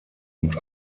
und